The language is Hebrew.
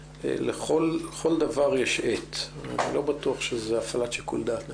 לכל דבר יש עת לא בטוח שזאת הפעלת שיקול דעת נכונה.